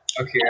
Okay